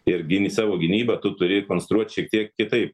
ir gini savo gynybą tu turi konstruot šiek tiek kitaip